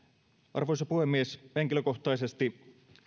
arvoisa puhemies henkilökohtaisesti